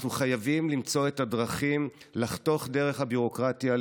אנחנו חייבים למצוא את הדרכים לחתוך דרך הביורוקרטיה,